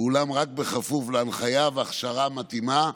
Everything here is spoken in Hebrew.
ואולם רק בכפוף להנחיה ולהכשרה מתאימה.